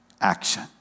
action